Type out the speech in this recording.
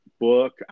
book